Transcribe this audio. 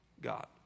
God